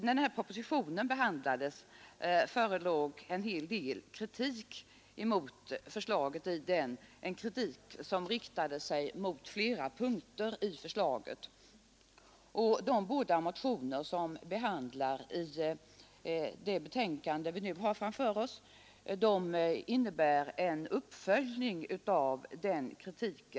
När denna proposition behandlades förekom en hel del kritik mot olika delar av förslaget. De båda motioner som föranlett det betänkande vi nu behandlar innebär en uppföljning av denna kritik.